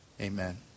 Amen